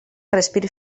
respir